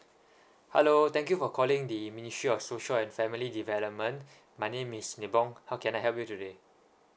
hello thank you for calling the ministry of social and family development my name is nippon how can I help you today